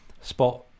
spot